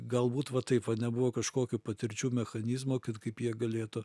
galbūt va taip va nebuvo kažkokių patirčių mechanizmo kaip jie galėtų